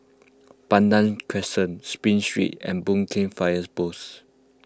Pandan Crescent Spring Street and Boon Keng Fires Post